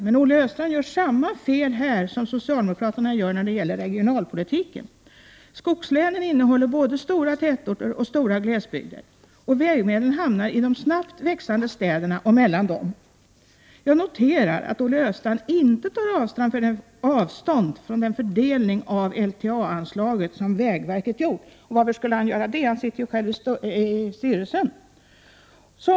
Men Olle Östrand gör samma fel här som socialdemokraterna gör när det gäller regionalpolitiken. Skogslänen inrymmer både stora tätorter och stora glesbygder. Vägmedlen hamnar i de snabbt växande städerna och mellan dem. Jag noterar att Olle Östrand inte tar avstånd från den fördelning av medelsanvisningen till länstrafikanläggningar som vägverket har gjort. Varför skulle han göra det, för han sitter ju själv i styrelsen!